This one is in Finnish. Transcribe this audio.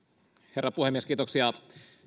herra puhemies kiitoksia